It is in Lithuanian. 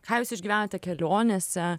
ką jūs išgyvenate kelionėse